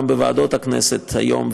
גם בוועדות הכנסת היום,